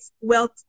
wealth